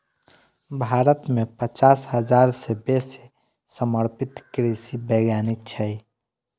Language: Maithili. भारत मे पचास हजार सं बेसी समर्पित कृषि वैज्ञानिक छै